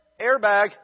Airbag